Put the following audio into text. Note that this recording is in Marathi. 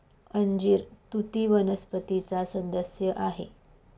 अंजीर तुती वनस्पतीचा सदस्य आहे